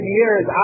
years